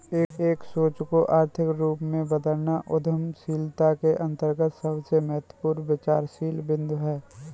एक सोच को आर्थिक रूप में बदलना उद्यमशीलता के अंतर्गत सबसे महत्वपूर्ण विचारशील बिन्दु हैं